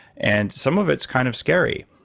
and some of it's kind of scary,